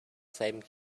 same